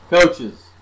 Coaches